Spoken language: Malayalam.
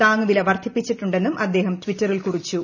താങ്ങു വില വർധിപ്പിച്ചിട്ടുണ്ടെന്നും ആദ്ദേഹം ടിറ്ററിൽ കുറിച്ചു